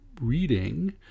reading